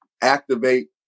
activate